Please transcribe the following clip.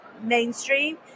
mainstream